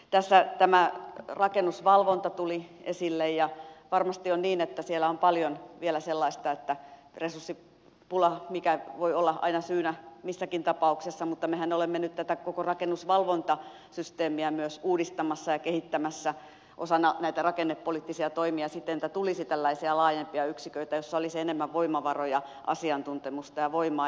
tässä rakennusvalvonta tuli esille ja varmasti on niin että siellä on paljon vielä sellaista että on resurssipula mikä voi olla aina syynä missäkin tapauksessa mutta mehän olemme nyt tätä koko rakennusvalvontasysteemiä myös uudistamassa ja kehittämässä osana näitä rakennepoliittisia toimia siten että tulisi tällaisia laajempia yksiköitä joissa olisi enemmän voimavaroja asiantuntemusta ja voimaa